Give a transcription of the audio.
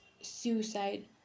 suicide